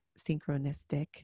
synchronistic